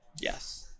Yes